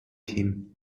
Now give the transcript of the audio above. team